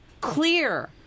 clear